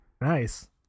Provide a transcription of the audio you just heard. nice